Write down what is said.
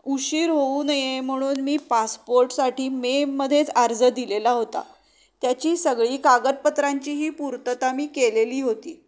उशीर होऊ नये म्हणून मी पासपोर्टसाठी मेमध्येच अर्ज दिलेला होता त्याची सगळी कागदपत्रांचीही पूर्तता मी केलेली होती